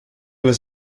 was